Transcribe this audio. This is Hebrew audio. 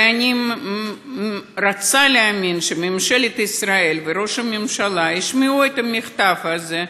ואני רוצה להאמין שממשלת ישראל וראש הממשלה ישמעו את המכתב הזה.